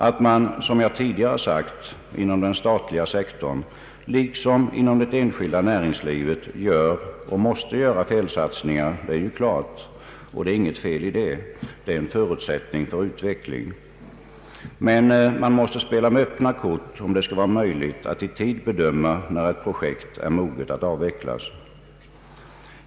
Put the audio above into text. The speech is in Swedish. Att man, som jag tidigare sagt, inom den statliga sektorn liksom inom det enskilda näringslivet gör och måste göra felsatsningar är ju klart, och det är inget fel i det, det är en förutsättning för utveckling. Men man måste spela med öppna kort om det skall vara möjligt att i tid bedöma när ett projekt är moget att avvecklas.